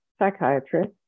psychiatrist